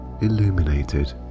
illuminated